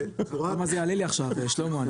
ואני -- כמה זה יעלה לי עכשיו, שלמה?